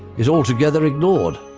is altogether ignored.